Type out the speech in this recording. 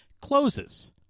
closes